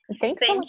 Thanks